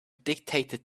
dictated